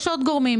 יש עוד גורמים.